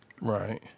Right